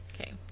Okay